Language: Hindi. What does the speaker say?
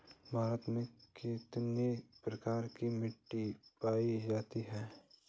भारत में कितने प्रकार की मिट्टी पायी जाती है?